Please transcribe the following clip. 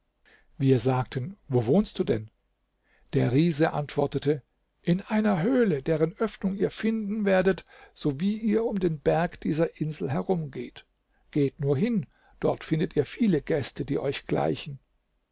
wir sagten wo wohnst du denn der riese antwortete in einer höhle deren öffnung ihr finden werdet sowie ihr um den berg dieser insel herumgeht geht nur hin dort findet ihr viele gäste die euch gleichen